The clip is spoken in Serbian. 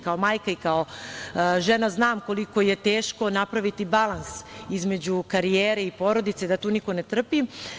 Kao majka i kao žena znam koliko je teško napraviti balans između karijere i porodice da tu niko ne trpi.